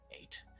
Eight